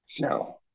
no